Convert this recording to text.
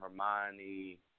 Hermione